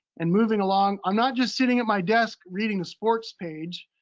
and moving along. i'm not just sitting at my desk reading the sports page.